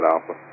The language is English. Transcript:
Alpha